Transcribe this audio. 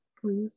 please